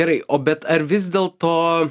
gerai o bet ar vis dėl to